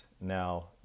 Now